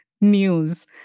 news